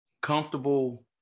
comfortable